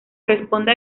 responde